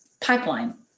pipeline